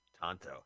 Tonto